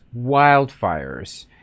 Wildfires